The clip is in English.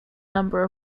number